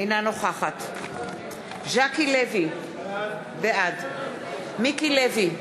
אינה נוכחת ז'קי לוי, בעד מיקי לוי,